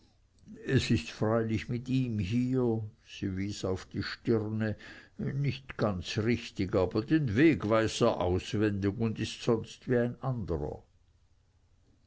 es ist freilich mit ihm hier sie wies auf die stirne nicht ganz richtig aber den weg weiß er auswendig und ist sonst wie ein andrer